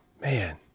Man